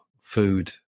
food